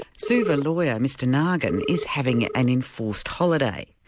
suva lawyer mr nagin is having an enforced holiday.